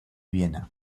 viena